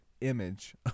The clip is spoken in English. image